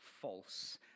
false